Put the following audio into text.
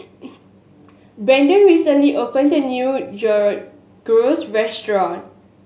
Braeden recently opened a new Gyros Restaurant